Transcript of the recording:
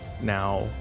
now